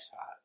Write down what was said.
hot